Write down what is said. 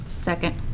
second